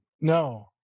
no